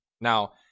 Now